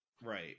right